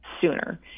sooner